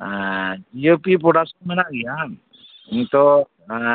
ᱦᱮᱸ DAP production ᱢᱮᱱᱟᱜ ᱜᱮᱭᱟ ᱵᱟᱝ